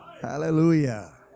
Hallelujah